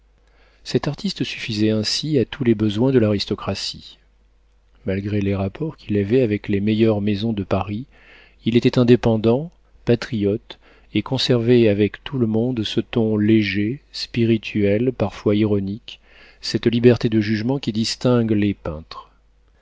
cet artiste suffisait ainsi à tous les besoins de l'aristocratie malgré les rapports qu'il avait avec les meilleures maisons de paris il était indépendant patriote et conservait avec tout le monde ce ton léger spirituel parfois ironique cette liberté de jugement qui distinguent les peintres